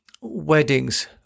weddings